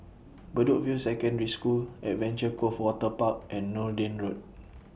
Bedok View Secondary School Adventure Cove Waterpark and Noordin Lane